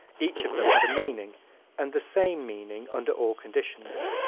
each of them had a meaning and the same meaning under all conditions.